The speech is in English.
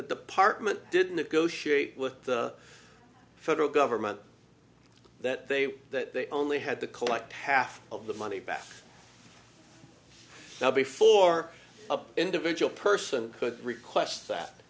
the apartment did negotiate with the federal government that they that they only had to collect half of the money back now before a individual person could request that